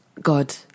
God